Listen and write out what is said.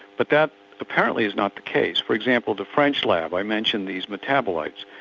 but that apparently is not the case. for example, the french lab i mentioned these metabolites,